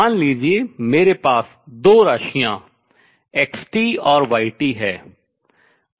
मान लीजिए मेरे पास दो राशियाँ X और Y हैं